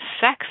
sex